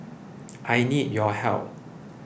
I need your help